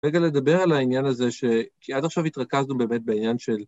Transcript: רגע לדבר על העניין הזה ש... כי עד עכשיו התרכזנו באמת בעניין של...